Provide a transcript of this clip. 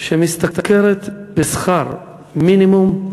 שמשתכרת שכר מינימום,